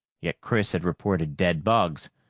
yet chris had reported dead bugs.